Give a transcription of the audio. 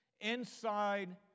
inside